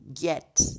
get